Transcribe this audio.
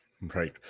Right